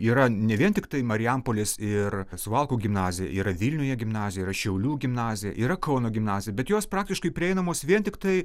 yra ne vien tiktai marijampolės ir suvalkų gimnazija yra vilniuje gimnazija yra šiaulių gimnazija yra kauno gimnazija bet jos praktiškai prieinamos vien tiktai